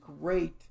great